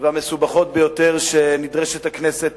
והמסובכות ביותר שהכנסת